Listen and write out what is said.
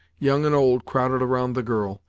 young and old crowded around the girl,